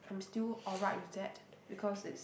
I'm still alright with that because it's